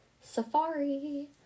Safari